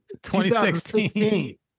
2016